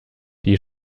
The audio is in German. die